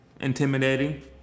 intimidating